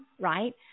right